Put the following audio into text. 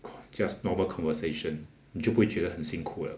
just normal conversation 你就不会觉得很辛苦了